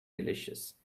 delicious